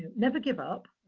never give up.